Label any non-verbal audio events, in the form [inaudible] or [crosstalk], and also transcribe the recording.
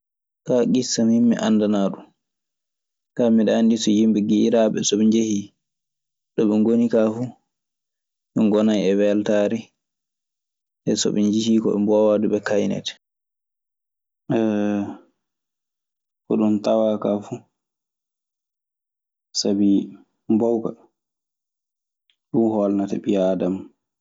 Kaa ŋissa, min mi anndanaa ɗun. Kaa miɗe anndi so yimɓe giƴiraaɓe, si ɓe njehii, ɗo ɓe ngoni kaa fuu, ɓengonan e weltaare. E so ɓe njihii ko ngowaa du, ɓe kaaytene. [hesitation] Koɗun tawaa kaa fu, sabi mbowka ɗun hoolnata ɓii aadama.